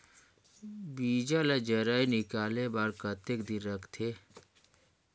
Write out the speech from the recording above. बीजा ला जराई निकाले बार कतेक दिन रखथे?